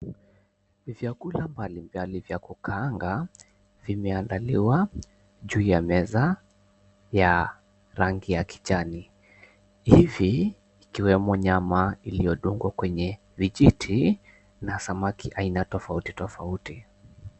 Vyakula mbalimbali vya kukaanga vimeandaliwa juu ya meza ya rangi ya kijani. Hivi ikiwemo nyama iliyodungwa kwenye vijiti na samaki aina tofauti tofauti.